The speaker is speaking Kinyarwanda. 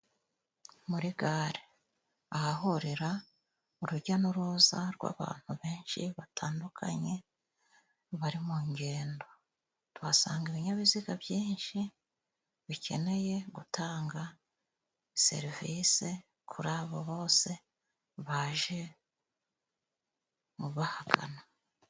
Muri gare ahahurira urujya n'uruza rw'abantu benshi batandukanye bari mu ngendo. Tuhasanga ibinyabiziga byinshi bikeneye gutanga serivise kuri abo bose baje mu bahagana.